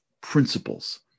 principles